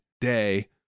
day